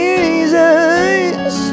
Jesus